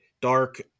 dark